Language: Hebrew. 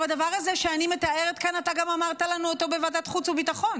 את הדבר הזה שאני מתארת כאן אתה גם אמרת לנו בוועדת החוץ והביטחון.